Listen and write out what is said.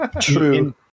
True